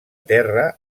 terra